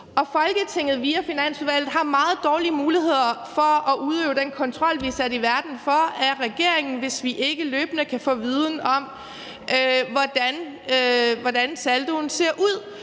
Folketinget har via Finansudvalget meget dårlige muligheder for at udøve den kontrol af regeringen, vi er sat i verden for, hvis vi ikke løbende kan få viden om, hvordan saldoen ser ud.